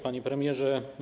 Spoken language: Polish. Panie Premierze!